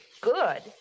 Good